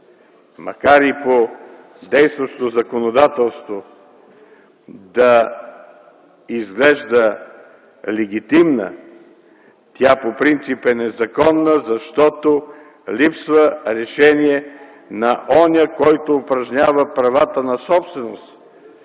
макар по действащото законодателство да изглежда легитимна, тя по принцип е незаконна. Защото липсва решение на онзи, който упражнява правата на собственост.